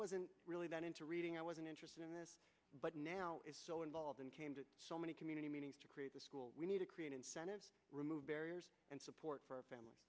wasn't really that into reading i wasn't interested in this but now is so involved in came to so many community meetings to create the school we need to create incentives remove barriers and support for famil